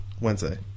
Wednesday